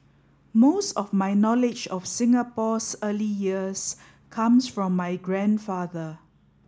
most of my knowledge of Singapore's early years comes from my grandfather